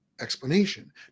explanation